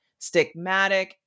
stigmatic